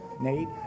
Nate